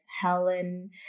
Helen